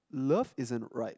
love isn't right